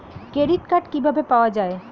Credit card কিভাবে পাওয়া য়ায়?